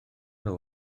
nhw